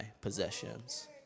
possessions